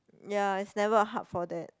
ya is never a hub for that